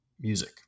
music